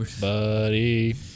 Buddy